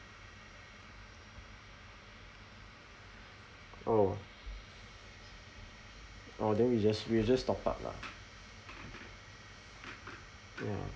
orh orh then we just we just top up lah ya